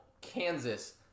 Kansas